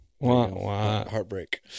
Heartbreak